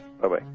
Bye-bye